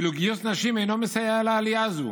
ואילו גיוס נשים אינו מסייע לעלייה זו.